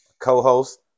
co-host